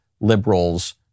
liberals